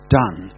done